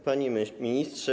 Panie Ministrze!